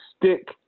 stick